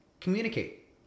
communicate